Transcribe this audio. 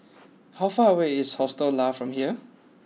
how far away is Hostel Lah from here